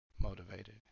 motivated